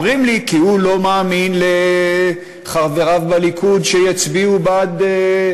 אומרים לי: כי הוא לא מאמין לחבריו בליכוד שיצביעו בעד